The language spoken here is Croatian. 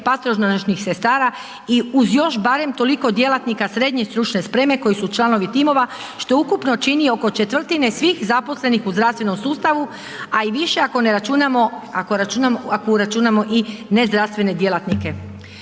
patronažnih sestara i uz još barem toliko djelatnika srednje stručne spreme koji su članovi timova što ukupno čini oko četvrtine svih zaposlenih u zdravstvenom sustavu a i više ako ne računamo, ako uračunamo i ne zdravstvene djelatnike.